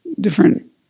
different